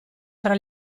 tra